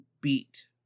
beat